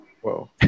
Whoa